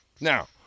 Now